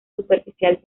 superficial